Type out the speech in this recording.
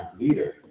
leader